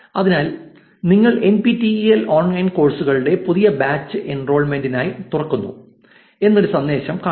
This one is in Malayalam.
അതിനാൽ നിങ്ങൾ എൻപിടിഇഎൽ ഓൺലൈൻ കോഴ്സുകളുടെ പുതിയ ബാച്ച് എൻറോൾമെന്റിനായി തുറക്കുന്നു എന്നൊരു സന്ദേശം കാണുന്നു